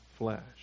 flesh